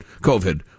COVID